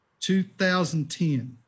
2010